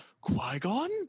qui-gon